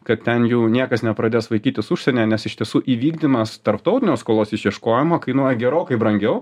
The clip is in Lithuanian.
kad ten jų niekas nepradės vaikytis užsienyje nes iš tiesų įvykdymas tarptautinio skolos išieškojimo kainuoja gerokai brangiau